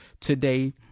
today